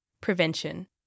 Prevention